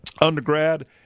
undergrad